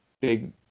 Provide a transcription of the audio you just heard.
big